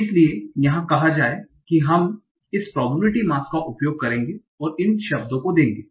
इसलिए यह कहा जाए कि हम इस probability mass का उपयोग करेंगे और इन शब्दों को देंगे